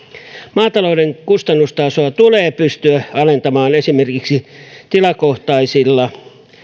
maatalouden kustannustasoa tulee pystyä alentamaan esimerkiksi parhailla tilakohtaisilla